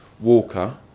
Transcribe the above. Walker